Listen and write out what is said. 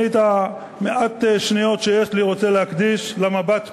את מעט השניות שיש לי אני רוצה להקדיש למבט פנימה,